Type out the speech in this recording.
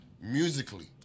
musically